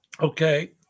Okay